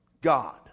God